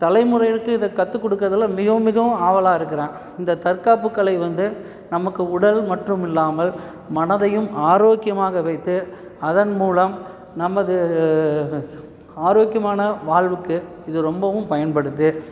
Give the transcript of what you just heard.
தலைமுறைகளுக்கு இதை கற்றுக் கொடுக்குறதுல மிகவும் மிகவும் ஆவலாக இருக்கிற இந்த தற்காப்புக் கலை வந்து நமக்கு உடல் மற்றும் இல்லாமல் மனதையும் ஆரோக்கியமாக வைத்து அதன் மூலம் நமது ஆரோக்கியமான வாழ்வுக்கு இது ரொம்பவும் பயன்படுது